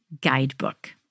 Guidebook